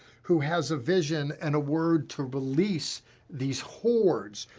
who has a vision and a word to release these hordes.